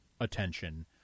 attention